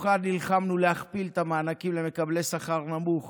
בתוכה נלחמנו להכפיל את המענקים למקבלי שכר נמוך